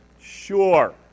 Sure